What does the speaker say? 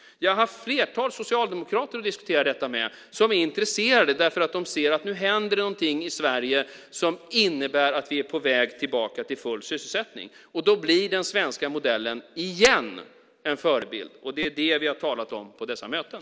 Vi har haft ett flertal socialdemokrater att diskutera detta med som är intresserade därför att de ser att det nu händer någonting i Sverige som innebär att vi är på väg tillbaka till full sysselsättning. Då blir den svenska modellen en förebild igen. Det är det vi har talat om på dessa möten.